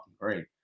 great